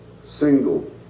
single